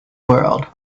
world